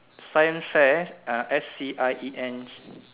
science fair ah S C I E N